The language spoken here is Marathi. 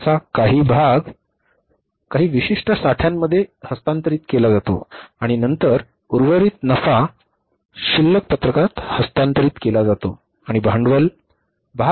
नफ्याचा काही भाग काही विशिष्ट साठ्यांमध्ये हस्तांतरित केला जातो आणि नंतर उर्वरित नफा शिल्लक पत्रकात हस्तांतरित केला जातो आणि भांडवल भागभांडवल मध्ये जोडला जातो